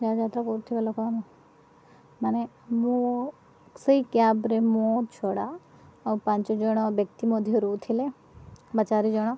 ଯାତ୍ରା କରୁଥିବା ଲୋକମାନ ମାନେ ମୁଁ ସେଇ କ୍ୟାବରେ ମୋ ଛଡ଼ା ଆଉ ପାଞ୍ଚ ଜଣ ବ୍ୟକ୍ତି ମଧ୍ୟ ରହୁଥିଲେ ବା ଚାରିଜଣ